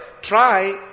try